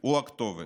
הוא הכתובת.